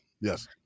Yes